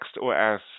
NextOS